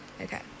okay